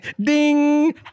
Ding